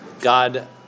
God